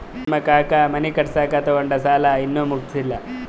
ನಮ್ ಕಾಕಾ ಮನಿ ಕಟ್ಸಾಗ್ ತೊಗೊಂಡ್ ಸಾಲಾ ಇನ್ನಾ ಮುಟ್ಸಿಲ್ಲ